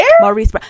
Maurice